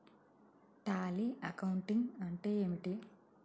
Tally accounting అంటే ఏమిటి?